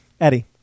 Eddie